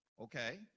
Okay